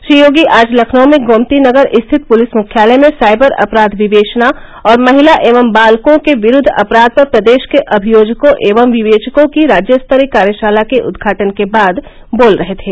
श्री योगी आज लखनऊ में गोमती नगर स्थित पुलिस मुख्यालय में साइबर अपराध विवेचना और महिला एवं बालकों के विरुद्ध अपराध पर प्रदेश के अभियोजकों एवं विवेचकों की राज्य स्तरीय कार्यशाला के उद्घाटन के बाद बोल रहे थे